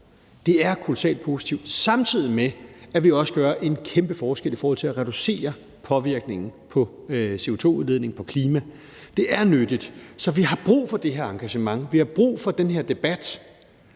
det er kolossalt positivt – samtidig med at vi også gør en kæmpe forskel i forhold til at reducere påvirkningen fra CO2-udledningen på klimaet. Det er nyttigt. Så vi har brug for det engagement, vi har brug for den her debat,